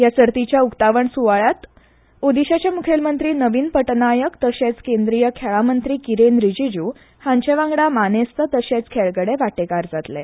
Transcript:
ह्या सर्तीच्या उक्तावण सूवाळ्यांत ओडिशाचे मुख्यमंत्री नवीन पटनायक तशेंच केंद्रीय खेळां मंत्री किरन रिजीजू हांचे वांगडा मानेस्त तशेंच खेळगडे वांटेकार जातले